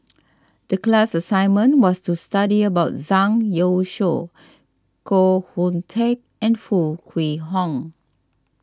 the class assignment was to study about Zhang Youshuo Koh Hoon Teck and Foo Kwee Horng